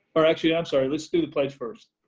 or actually, i'm sorry. let's do the pledge first.